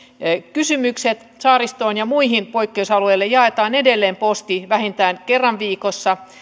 kysymykset saaristoon ja muille poikkeusalueille jaetaan edelleen posti vähintään kerran viikossa